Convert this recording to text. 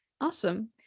Awesome